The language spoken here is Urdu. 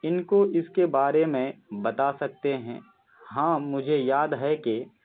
ان کو اس کے بارے میں بتا سکتے ہیں ہاں مجھے یاد ہے کہ